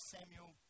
Samuel